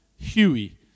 huey